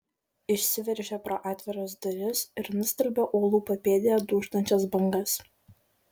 išsiveržė pro atviras duris ir nustelbė uolų papėdėje dūžtančias bangas